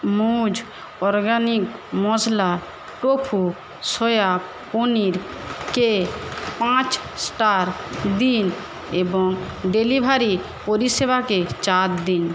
মুজ organic মশলা tofu soya পনিরকে পাঁচ স্টার দিন এবং ডেলিভারি পরিষেবাকে চার দিন